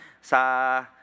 sa